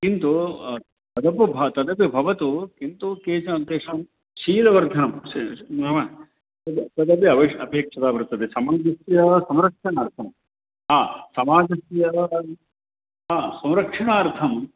किन्तु तदपि भव तदपि भवतु किन्तु केचन तेषां शीलवर्धनं सः नाम तद तदपि अवश्यम् अपेक्षिता वर्तते समाजस्य संरक्षणार्थं हा समाजस्य हा संरक्षणार्थं